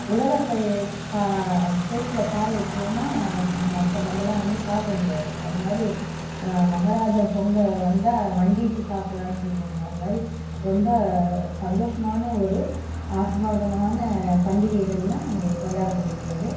உழவர்கள் கா சேற்றிலே கால் வைக்கலன்னா மக்கள் நம்மலாம் வந்து சாப்பிட முடியாது அது மாதிரி மஹாராஜன் பொங்கல் வந்தா மண்டியிட்டு சாப்பிட்லாம் சொல்லுவாங்கள் அந்த மாதிரி ரொம்ப சந்தோஷமான ஒரு ஆசிர்வாதமான பண்டிகைகள்னால் இங்கே கொண்டாடப்படுகிறது